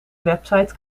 website